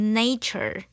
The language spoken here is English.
nature